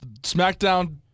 SmackDown